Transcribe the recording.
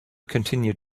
continued